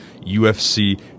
UFC